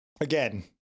again